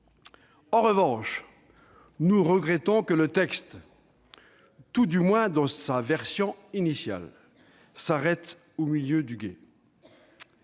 En revanche, nous regrettons que le texte- tout du moins dans sa version initiale -s'arrête au milieu du gué.